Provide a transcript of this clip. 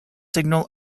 signal